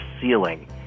ceiling